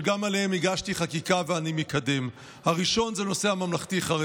שגם עליהם הגשתי חקיקה ואני מקדם: הראשון הוא הנושא הממלכתי-חרדי,